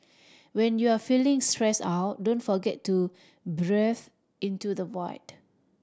when you are feeling stressed out don't forget to breathe into the void